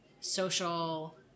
social